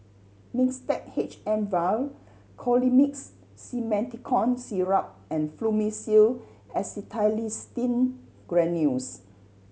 Mixtard H M Vial Colimix Simethicone Syrup and Fluimucil Acetylcysteine Granules